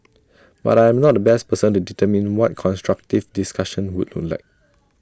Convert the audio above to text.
but I am not the best person to determine what constructive discussion would look like